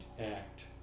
act